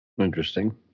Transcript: Interesting